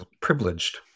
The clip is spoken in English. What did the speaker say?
privileged